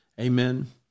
Amen